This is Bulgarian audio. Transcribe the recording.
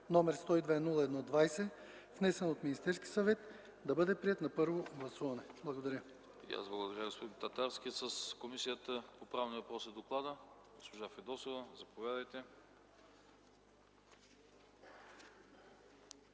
№ 102–01–20, внесен от Министерския съвет, да бъде приет на първо гласуване.” Благодаря.